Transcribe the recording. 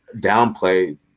downplay